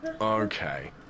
Okay